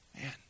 man